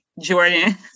Jordan